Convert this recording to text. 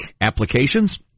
applications